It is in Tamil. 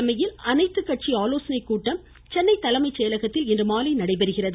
ஸ்டாலின் தலைமையில் அனைத்து கட்சி ஆலோசனைக் கூட்டம் சென்னை தலைமைச் செயலகத்தில் இன்றுமாலை நடைபெறுகிறது